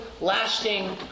lasting